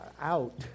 out